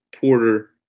Porter